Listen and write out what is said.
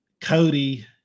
Cody